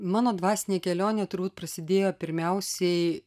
mano dvasinė kelionė turbūt prasidėjo pirmiausiai